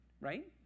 right